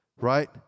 right